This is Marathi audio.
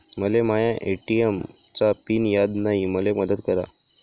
मले माया ए.टी.एम चा पिन याद नायी, मले मदत करा